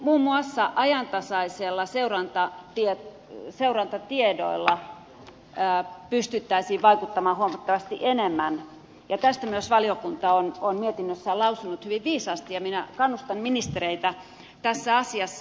muun muassa ajantasaisilla seurantatiedoilla pystyttäisiin vaikuttamaan huomattavasti enemmän ja tästä myös valiokunta on mietinnössään lausunut hyvin viisaasti ja minä kannustan ministereitä tässä asiassa